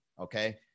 Okay